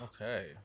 Okay